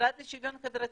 המשרד לשוויון חברתי,